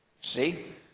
See